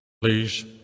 please